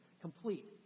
complete